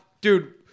Dude